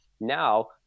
Now